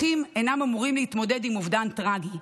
ואחים אינם אמורים להתמודד עם אובדן טרגי.